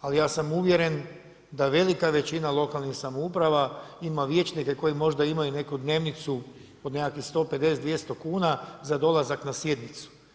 ali ja sam uvjeren da velika većina lokalnih samouprava ima vijećnika koji možda imaju neku dnevnicu od nekakvih 150, 200 kuna za dolazak na sjednicu.